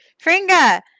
Fringa